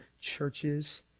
churches